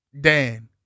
Dan